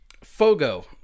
Fogo